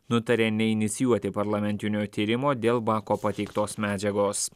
nutarė neinicijuoti parlamentinio tyrimo dėl bako pateiktos medžiagos